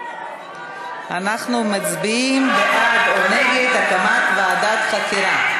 אנחנו מצביעים בעד או נגד הקמת ועדת חקירה.